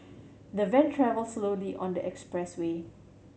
the van travelled slowly on the expressway